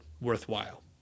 worthwhile